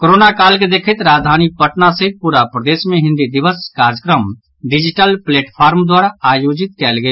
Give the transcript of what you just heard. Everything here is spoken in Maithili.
कोरोना काल के देखैत राजधानी पटना सहित पूरा प्रदेश मे हिन्दी दिवस कार्यक्रम डिजिटल प्लेटफार्म द्वारा आयोजित कयल गेल